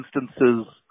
instances